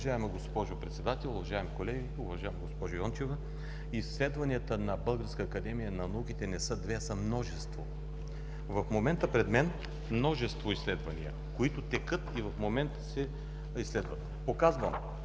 Уважаема госпожо Председател, уважаеми колеги, уважаема госпожо Йончева! Изследванията на Българска академия на науките не са две, а са множество. В момента пред мен – множество изследвания, които текат и в момента се изследват. ЕЛЕНА